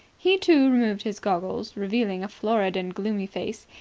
he, too, removed his goggles, revealing a florid and gloomy face,